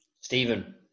stephen